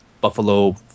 Buffalo